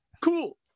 Cool